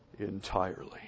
entirely